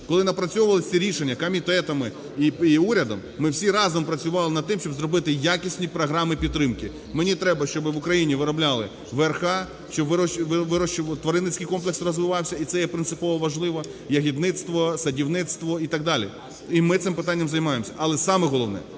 Коли напрацьовувалося це рішення комітетами і урядом, ми всі разом працювали над тим, щоб зробити якісні програми підтримки. Мені треба, щоби в Україні виробляли ВРХ, щоб вирощували, тваринницький комплекс розвивався і це є принципово важливо, ягідництво, садівництво і так далі. І ми цим питанням займаємося, але саме головне